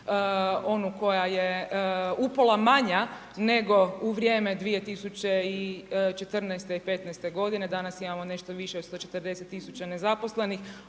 onu koja je upola manja nego u vrijeme 2014. i '15. godine, danas imamo nešto više 140.000 nezaposlenih,